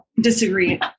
disagree